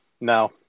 No